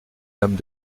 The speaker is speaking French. dames